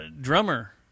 Drummer